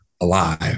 alive